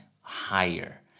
higher